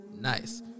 Nice